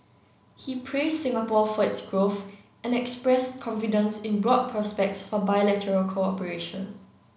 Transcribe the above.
he praised Singapore for its growth and expressed confidence in broad prospects for bilateral cooperation